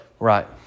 Right